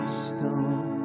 stone